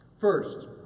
First